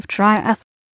Triathlon